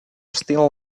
still